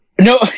No